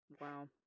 wow